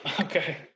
Okay